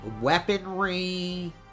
weaponry